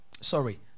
Sorry